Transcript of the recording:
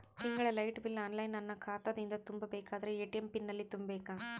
ತಿಂಗಳ light bill online ನನ್ನ ಖಾತಾ ದಿಂದ ತುಂಬಾ ಬೇಕಾದರ ಎ.ಟಿ.ಎಂ ಪಿನ್ ಎಲ್ಲಿ ತುಂಬೇಕ?